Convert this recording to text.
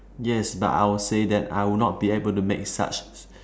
yes but I would say that I would not be able to make such